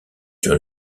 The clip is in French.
sur